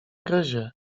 gryzie